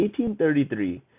1833